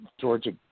Georgia